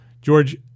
George